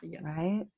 Right